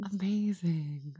Amazing